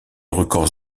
records